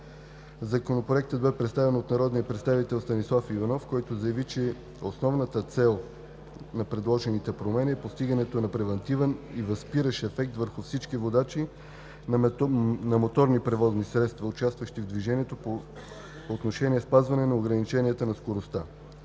Законопроектът бе представен от народния представител Станислав Иванов, който заяви, че основната цел на предложените промени е постигането на превантивен и възпиращ ефект върху всички водачи на моторни превозни средства, участващи в движението, по отношение спазване на ограниченията на скоростта.